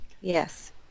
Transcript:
Yes